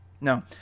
No